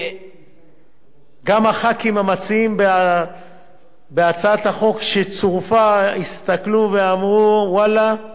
וגם חברי הכנסת המציעים של הצעת החוק שצורפה הסתכלו ואמרו: ואללה,